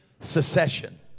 Secession